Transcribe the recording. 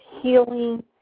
healing